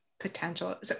potential